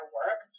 work